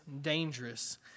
dangerous